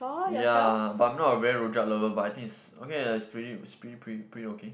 ya but I'm not a very rojak lover but I think it's okay it's pretty pretty pretty pretty okay